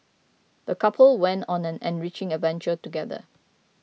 the couple went on an enriching adventure together